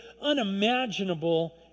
unimaginable